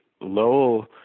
Lowell